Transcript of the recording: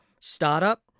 startup